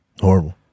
Horrible